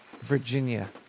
Virginia